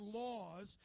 laws